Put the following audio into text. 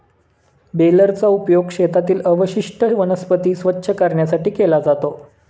बेलरचा उपयोग शेतातील अवशिष्ट वनस्पती स्वच्छ करण्यासाठी केला जातो